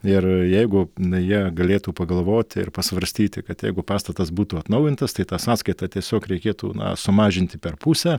ir jeigu jie galėtų pagalvoti ir pasvarstyti kad jeigu pastatas būtų atnaujintas tai tą sąskaitą tiesiog reikėtų sumažinti per pusę